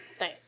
Nice